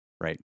right